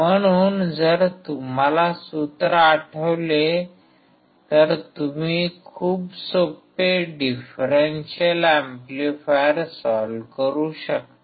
म्हणून जर तुम्हाला सूत्र आठवले तर तुम्ही खूप सोपे डिफरेंशियल एम्पलीफायर सॉल्व्ह करू शकता